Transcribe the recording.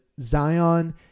Zion